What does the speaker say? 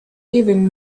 even